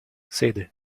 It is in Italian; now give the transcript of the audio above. sede